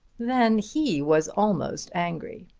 then he was almost angry.